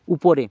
উপরে